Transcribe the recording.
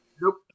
Nope